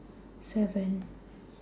seven